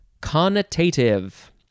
Connotative